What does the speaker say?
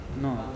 no